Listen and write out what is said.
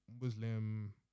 Muslim